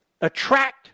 attract